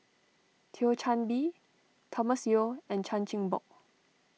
Thio Chan Bee Thomas Yeo and Chan Chin Bock